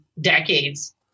decades